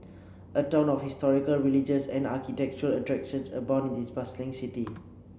a ton of historical religious and architectural attractions abound in this bustling city